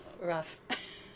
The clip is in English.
rough